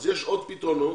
אז יש עוד פתרונות,